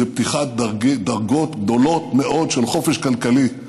זה פתיחת דרגות גדולות מאוד של חופש כלכלי.